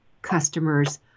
customers